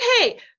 Okay